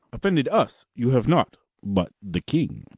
offended us you have not, but the king.